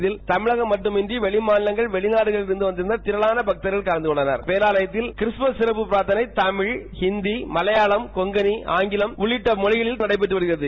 இதில தமிழகம் மற்றும் வெளிமாநிலங்கள் வெளிநாடுகளிலிருந்து ஏராளமான பக்தர்கள் திரளாக கலந்தகொண்டனர் பேராலயத்தில் கிறிஸ்தமஸ் சிறப்பு பிரார்த்தனை தமிழ் இந்தி மலையாளம் கொங்களி ஆங்கிலம் உள்ளிட்ட மொழிகளில் நடைபெற்று வருகிறது